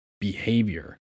behavior